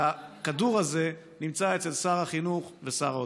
והכדור הזה נמצא אצל שר החינוך ושר האוצר.